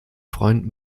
freund